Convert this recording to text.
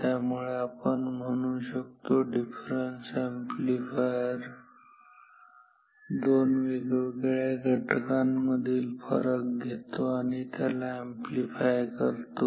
त्यामुळे आपण म्हणू शकतो डिफरन्स अॅम्प्लीफायर दोन वेगवेगळ्या घटकांमधील फरक घेतो आणि त्याला अॅम्प्लीफाय करतो